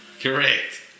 Correct